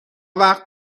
وقت